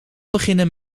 beginnen